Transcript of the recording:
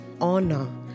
honor